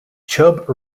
chub